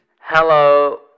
hello